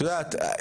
את יודעת,